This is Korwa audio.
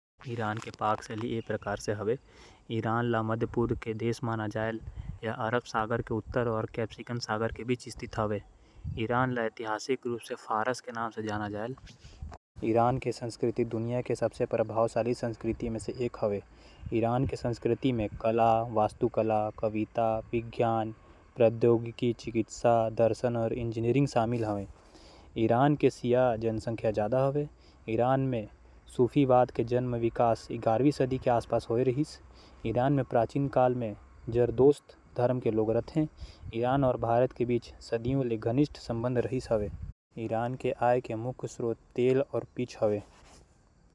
ईरानी व्यंजन ल फारसी व्यंजन तको केहे जाथे। ईरानी व्यंजन म प्राचीन व्यंजन बोल्ड फ्लेवर। अउ सांस्कृतिक विविधता हावय। ईरानी व्यंजन के विशेषता ये हावयं। नींबू अउ केसर के उपयोग करे जाही । फल अउ नट के संग मांस मिश्रणअंजोर। चाउर पकाये के अनूठा तरीका हावय। ईरानी आतिथ्य। भोजन सूक्ष्म रूप ले मसालेदार। स्वाद अउ रूप म नाजुकअंजोर। आमतौर म गरम नइ होही।